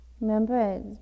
Remember